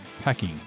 packing